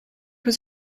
was